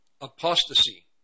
apostasy